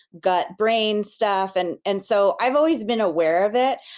gut brain stuff, and and so i've always been aware of it,